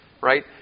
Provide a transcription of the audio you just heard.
right